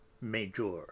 Major